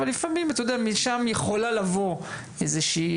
אבל מהם יכולה לבוא ביקורת